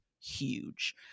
huge